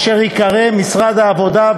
אשר ייקרא: משרד העבודה,